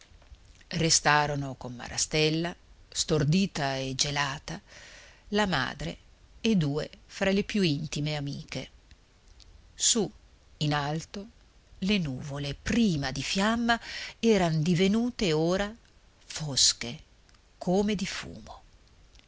restarono con marastella stordita e gelata la madre e due fra le più intime amiche su in alto le nuvole prima di fiamma erano divenute ora fosche come di fumo